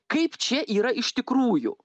kaip čia yra iš tikrųjų